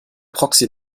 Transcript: proxy